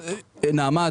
נעמת,